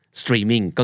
streaming